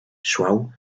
suau